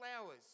flowers